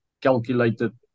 calculated